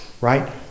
right